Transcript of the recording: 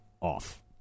off